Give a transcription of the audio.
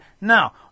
Now